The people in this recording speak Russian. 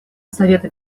совета